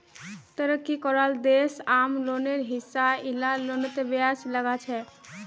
तरक्की कराल देश आम लोनेर हिसा इला लोनतों ब्याज लगाछेक